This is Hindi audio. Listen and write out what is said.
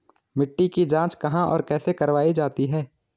मिट्टी की जाँच कहाँ और कैसे करवायी जाती है?